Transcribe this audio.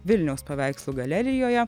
vilniaus paveikslų galerijoje